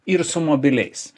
ir su mobiliais